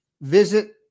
visit